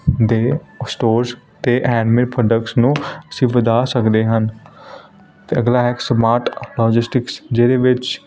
ਦੇ ਸਟੋਰਸ ਅਤੇ handmade products ਨੂੰ ਅਸੀਂ ਵਧਾ ਸਕਦੇ ਹਨ ਅਤੇ ਅਗਲਾ ਇੱਕ ਸਮਾਰਟ ਅਲਜਿਸਟਿਕਸ ਜਿਹਦੇ ਵਿੱਚ